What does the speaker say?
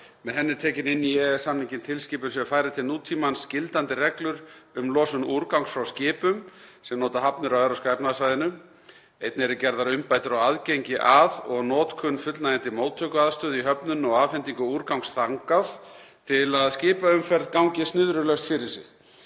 Með henni er tekin inn í EES-samninginn tilskipun sem færir til nútímans gildandi reglur um losun úrgangs frá skipum sem nota hafnir á Evrópska efnahagssvæðinu. Einnig eru gerðar umbætur á aðgengi að og notkun fullnægjandi móttökuaðstöðu í höfnum og afhendingu úrgangs þangað, til að skipaumferð gangi snurðulaust fyrir sig.